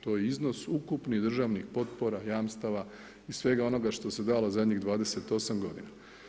To je iznos ukupnih državnih potpora, jamstava i svega onoga što se dalo zadnjih 28 godina.